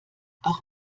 auch